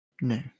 No